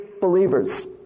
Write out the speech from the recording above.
believers